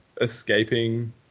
escaping